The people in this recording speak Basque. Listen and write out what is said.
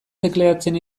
tekleatzen